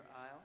aisle